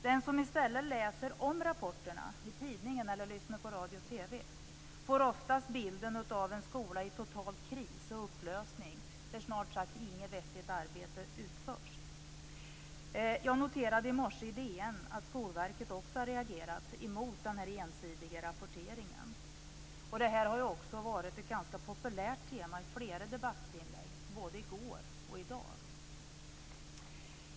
Den som i stället läser om rapporterna i tidningen eller hör talas om dem i radio och TV får oftast bilden av en skola i total kris och upplösning, där snart sagt inget vettigt arbete utförs. Jag noterade i morse i DN att Skolverket också har reagerat mot denna ensidiga rapportering. Detta har också varit ett ganska populärt tema i flera debattinlägg både i går och i dag.